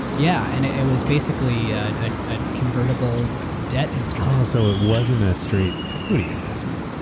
yeah and it it was basically a a convertible debt instrument. so it wasn't a straight equity investment?